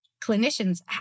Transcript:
clinicians